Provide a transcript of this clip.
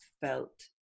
felt